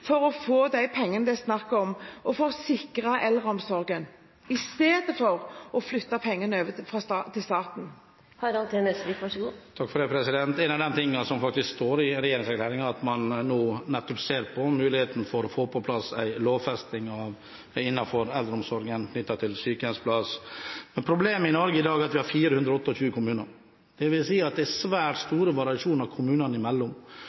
for å få de pengene det er snakk om, og for å sikre eldreomsorgen, i stedet for å flytte pengene over til staten? Noe av det som står i regjeringserklæringen, er at man skal se på muligheten for å få på plass en lovfesting av rett til sykehjemsplass innen eldreomsorgen. Men problemet i Norge i dag er at det er 428 kommuner. Det vil si at det er svært store variasjoner kommunene imellom.